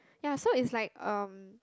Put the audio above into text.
ya so it's like um